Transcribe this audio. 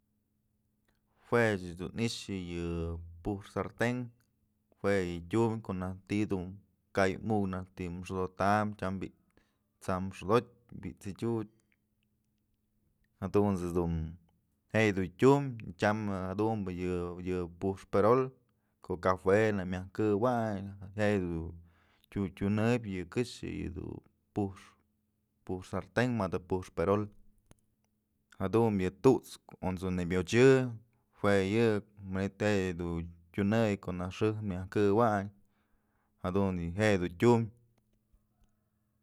Juech dun i'ixë yë pux sarten jue ye tyumbyë ko'o najty ti'i ka'ay ukyë naj dum xodotam tyam bi'i t'sam xodotyë, bi'i t'sëdyut jadunt's jedun je'e yëdun tyum tyam jadunbë yë pux perol ko'o cajue nak myaj këwayn je'e dun tyunëp yë këxë pux sarten mëdë pux perol jadun yë tut's amso'o nëbyochë jue yë je'e yëdun tyunëx ko'o najk xëjk myajk këwayn je'e dun tyum.